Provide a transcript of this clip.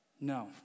No